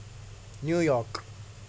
New York